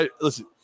Listen